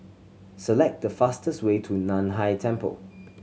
select the fastest way to Nan Hai Temple